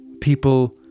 people